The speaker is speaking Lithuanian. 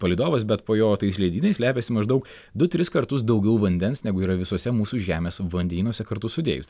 palydovas bet po jo tais ledynais slepiasi maždaug du tris kartus daugiau vandens negu yra visuose mūsų žemės vandenynuose kartu sudėjus